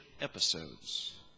episodes